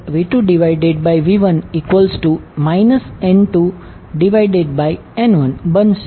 તેથી જ તે V2V1 N2N1બનશે